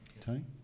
Tony